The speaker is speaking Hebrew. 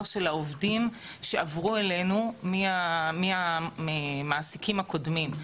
של העובדים שעברו אלינו מהמעסיקים הקודמים.